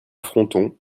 fronton